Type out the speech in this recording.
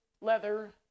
leather